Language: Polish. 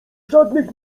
żadnych